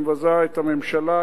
שמבזה את הממשלה,